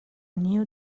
new